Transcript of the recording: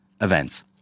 events